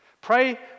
Pray